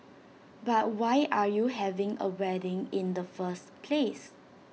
but why are you having A wedding in the first place